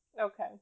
Okay